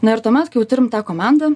na ir tuomet kai jau turim tą komandą